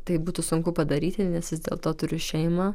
tai būtų sunku padaryti nes vis dėlto turiu šeimą